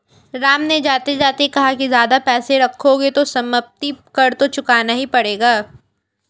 राम ने जाते जाते कहा कि ज्यादा पैसे रखोगे तो सम्पत्ति कर तो चुकाना ही पड़ेगा